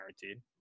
guaranteed